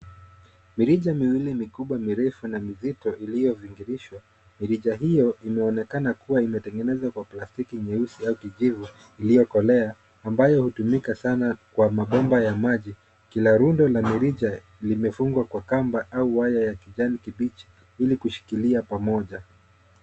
Mirija miwili mikubwa mirefu na mizito iliyobingilishwa. Mirija hiyo inaonekana kuwa imetengenezwa kwa plastiki nyeusi au kijivu iliyokolea ambayo hutumika sana kwa mabomba ya maji. Kila lundo la mrija limefungwa kwa kamba au waya ya kijani kibichi ili kushikilia pamoja.